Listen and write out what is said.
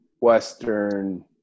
Western